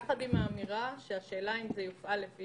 האם היום אתם מבינים שההפעלה היא לפי